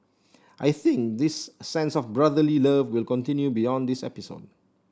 I think this sense of brotherly love will continue beyond this episode